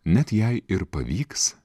net jei ir pavyks